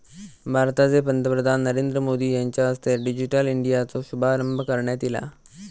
भारताचे पंतप्रधान नरेंद्र मोदी यांच्या हस्ते डिजिटल इंडियाचो शुभारंभ करण्यात ईला